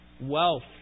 wealth